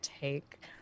take